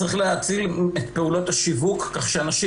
צריך להגביר את פעולות השיווק כך שאנשים